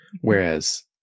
Whereas